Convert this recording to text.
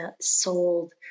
sold